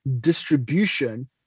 distribution